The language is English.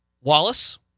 Wallace